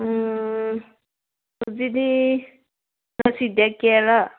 ꯍꯧꯖꯛꯇꯤ ꯉꯁꯤ ꯗꯦꯠ ꯀꯌꯥꯔ